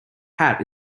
hat